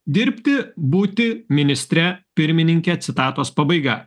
dirbti būti ministre pirmininke citatos pabaiga